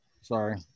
Sorry